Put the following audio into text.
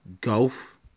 golf